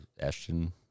Ashton